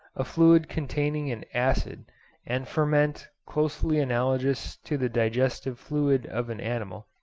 a fluid containing an acid and ferment, closely analogous to the digestive fluid of an animal,